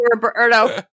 Roberto